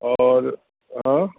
और हां